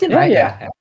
right